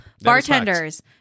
bartenders